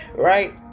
Right